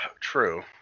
True